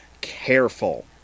careful